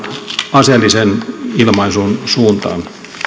aseellisen ilmaisun suuntaan